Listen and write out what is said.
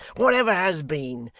what ever has been?